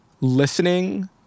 listening